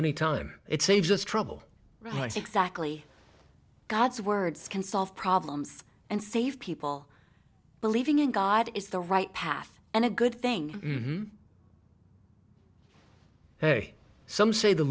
any time it saves us trouble right exactly god's words can solve problems and save people believing in god is the right path and a good thing ok some say the